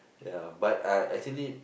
ya but I actually